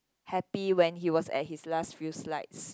happy when he was at his last few slides